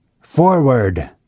Forward